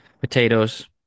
Potatoes